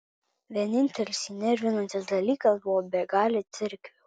vienintelis jį nervinantis dalykas buvo begalė cerkvių